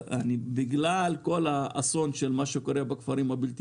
בגלל כל האסון של מה שקורה בכפרים הבלתי